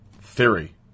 Theory